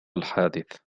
الحادث